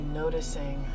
noticing